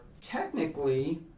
technically